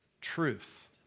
Truth